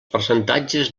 percentatges